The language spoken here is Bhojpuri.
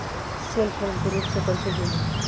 सेल्फ हेल्प ग्रुप से कइसे जुड़म?